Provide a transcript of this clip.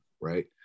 right